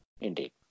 Indeed